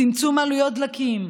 צמצום עלויות דלקים,